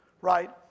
right